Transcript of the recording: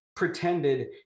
pretended